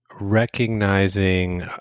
recognizing